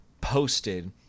posted